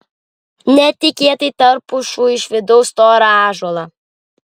netikėtai tarp pušų išvydau storą ąžuolą